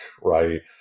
right